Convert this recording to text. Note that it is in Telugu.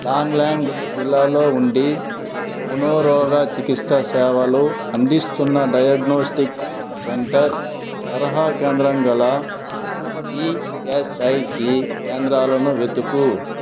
లాంగ్ల్యాంగ్ జిల్లాలో ఉండి మునో రోగచికిత్సా సేవలు అందిస్తున్న డయాగ్నోస్టిక్ సెంటర్ తరహా కేంద్రం గల ఈఎస్ఐసి కేంద్రాలను వెతుకు